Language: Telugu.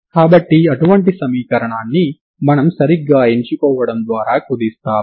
కాబట్టి అటువంటి సమీకరణాన్ని మనం సరిగ్గా ఎంచుకోవడం ద్వారా కుదిస్తాము